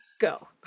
Go